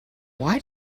why